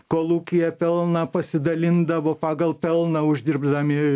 kolūkyje pelną pasidalindavo pagal pelną uždirbdami